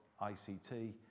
ICT